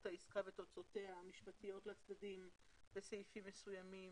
העסקה ותוצאותיה המשפטיות בסעיפים מסוימים,